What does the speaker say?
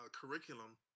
curriculum